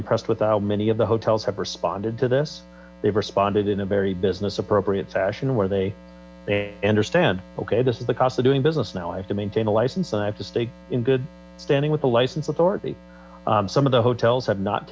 impressed with how many of the hotels have responded to this they've responded in a very business appropriate fashion where they may understand ok this is the cost of doing business now i have to maintain a license and i have to stay in good standing with the license authority some of the hoels have not